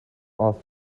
are